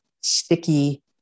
sticky